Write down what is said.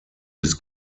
bis